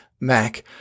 Mac